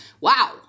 wow